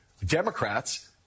Democrats